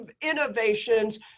innovations